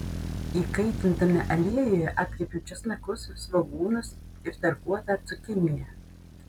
įkaitintame aliejuje apkepiau česnakus svogūnus ir tarkuotą cukiniją